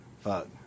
Fuck